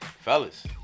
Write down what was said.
Fellas